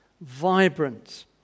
vibrant